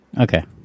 Okay